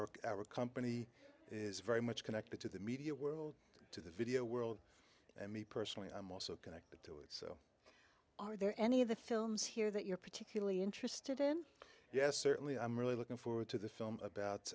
our company is very much connected to the media world to the video world and me personally i'm also connected to it so are there any of the films here that you're particularly interested in yes certainly i'm really looking forward to the film about